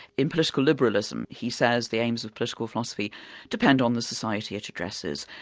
in political liberalism, he says the aims of political philosophy depend on the society it addresses,